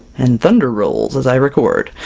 and thunder rolls as i record!